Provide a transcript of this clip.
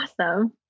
Awesome